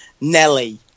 Nelly